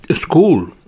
school